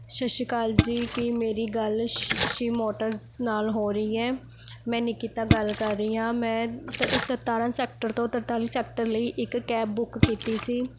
ਸਤਿ ਸ਼੍ਰੀ ਅਕਾਲ ਜੀ ਕੀ ਮੇਰੀ ਗੱਲ ਸ਼ ਸ਼ਿਵ ਮੋਟਰਸ ਨਾਲ ਹੋ ਰਹੀ ਹੈ ਮੈਂ ਨਿਕਿਤਾ ਗੱਲ ਕਰ ਰਹੀ ਹਾਂ ਮੈਂ ਤ ਸਤਾਰ੍ਹਾਂ ਸੈਕਟਰ ਤੋਂ ਤਰਤਾਲੀ ਸੈਕਟਰ ਲਈ ਇੱਕ ਕੈਬ ਬੁੱਕ ਕੀਤੀ ਸੀ